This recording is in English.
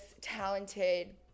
talented